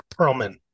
Perlman